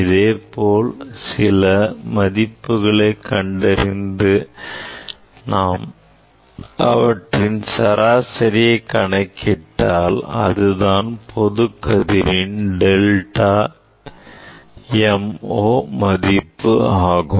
இது போல் மேலும் சில மதிப்புகளை கண்டறிந்து அவற்றின் சராசரியை கணக்கிட்டால் அதுதான் பொதுக் கதிரின் delta m o ஆகும்